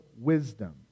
wisdom